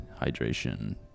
hydration